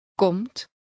Komt